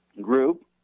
group